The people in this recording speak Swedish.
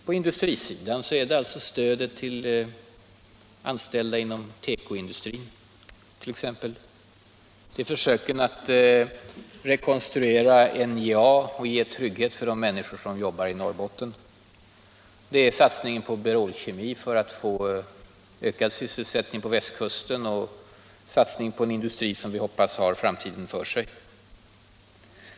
På industrisidan är det t.ex. stödet till anställda inom tekoindustrin, försöken att rekonstruera NJA och ge ökad trygghet åt de människor som jobbar i Norrbotten, satsningen på Berol-Kemi för att få ökad sysselsättning på västkusten, en industri som vi hoppas har framtiden för sig.